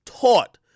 taught